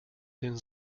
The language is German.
den